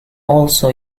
also